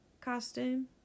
costume